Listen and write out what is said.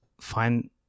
find